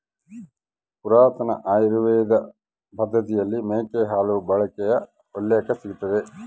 ಪುರಾತನ ಆಯುರ್ವೇದ ಪದ್ದತಿಯಲ್ಲಿ ಮೇಕೆ ಹಾಲು ಬಳಕೆಯ ಉಲ್ಲೇಖ ಸಿಗ್ತದ